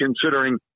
considering